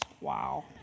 Wow